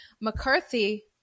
McCarthy